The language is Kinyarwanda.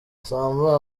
samba